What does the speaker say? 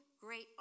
great